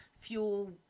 fuel